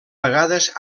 vegades